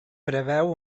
preveu